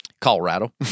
Colorado